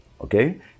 okay